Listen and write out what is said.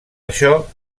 això